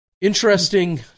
interesting